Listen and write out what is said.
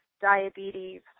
diabetes